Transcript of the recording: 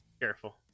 careful